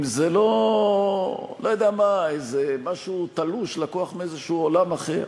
אם זה לא משהו תלוש, לקוח מאיזה עולם אחר.